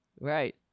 right